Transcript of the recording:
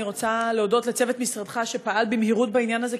אני רוצה להודות לצוות משרדך שפעל במהירות בעניין הזה,